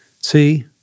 see